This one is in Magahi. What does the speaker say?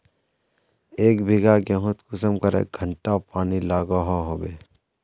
एक बिगहा गेँहूत कुंसम करे घंटा पानी लागोहो होबे?